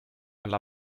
alla